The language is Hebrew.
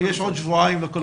ויש עוד שבועיים לקול הזה?